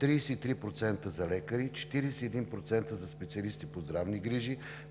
33% за лекари, 41% за специалисти по здравни грижи,